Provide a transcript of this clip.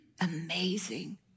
Amazing